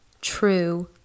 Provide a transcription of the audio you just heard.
true